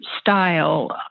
style